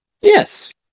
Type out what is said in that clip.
Yes